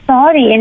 Sorry